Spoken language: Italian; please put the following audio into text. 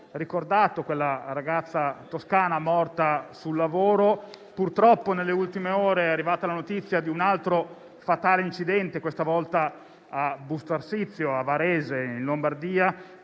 ricordato la ragazza toscana, morta sul lavoro. Purtroppo, nelle ultime ore, è arrivata la notizia di un altro fatale incidente, questa volta a Busto Arsizio, in provincia di Varese, in Lombardia,